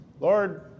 lord